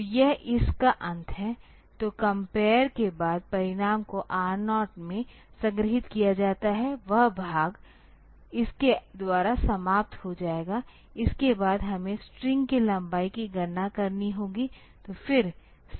तो यह इस का अंत है तो कॉम्पएयर के बाद परिणाम को R 0 में संग्रहीत किया जाता है वह भाग इसके द्वारा समाप्त हो जाएगा इसके बाद हमें स्ट्रिंग की लंबाई की गणना करनी होगी